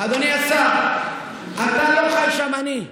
--- אדוני השר, אתה לא חי שם, אני.